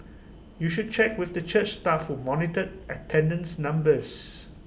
you should check with the church staff who monitored attendance numbers